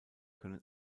können